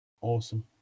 Awesome